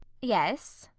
yes.